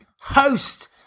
host